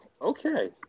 okay